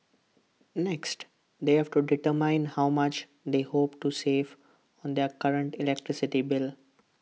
next they have to determine how much they hope to save on their current electricity bill